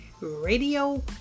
Radio